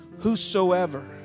whosoever